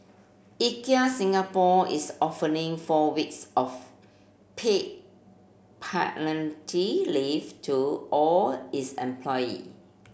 Ikea Singapore is offering four weeks of paid leave to all its employee